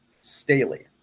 Staley